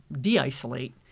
de-isolate